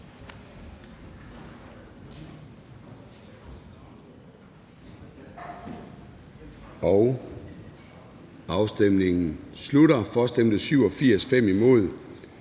Afstemningen slutter. For stemte 87 (S,